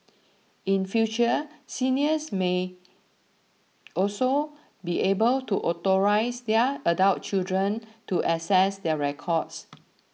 in future seniors may also be able to authorise their adult children to access their records